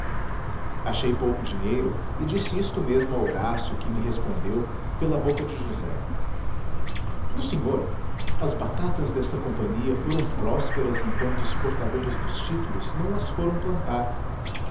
achei pouco dinheiro e disse isto mesmo a horácio que me respondeu pela boca de josé meu senhor as batatas desta companhia foram prósperas enquanto os portadores dos títulos não as foram plantar